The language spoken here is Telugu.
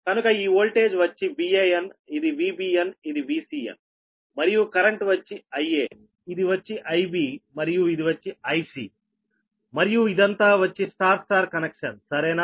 కనుక ఈ ఓల్టేజ్ వచ్చి VAn ఇది VBnఇది VCn మరియు కరెంట్ వచ్చి IAఇది వచ్చి IB మరియు ఇది వచ్చి IC మరియు ఇదంతా వచ్చి Y Y కనెక్షన్ సరేనా